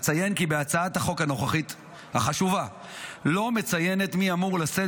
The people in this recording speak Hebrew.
אציין כי הצעת החוק החשובה לא מציינת מי אמור לשאת